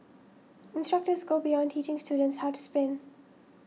instructors go beyond teaching students how to spin